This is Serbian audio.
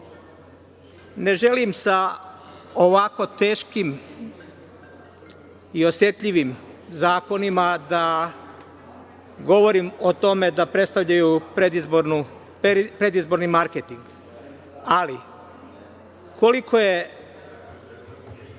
želim sa ovako teškim i osetljivim zakonima da govorim o tome da predstavljaju predizborni marketing, ali koliko je